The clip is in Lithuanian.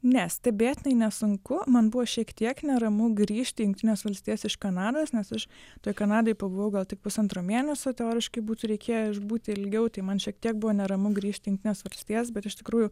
ne stebėtinai nesunku man buvo šiek tiek neramu grįžti į jungtines valstijas iš kanados nes aš toj kanadoj pabuvau gal tik pusantro mėnesio teoriškai būtų reikėję išbūti ilgiau tai man šiek tiek buvo neramu grįžt į jungtines valstijas bet iš tikrųjų